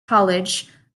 college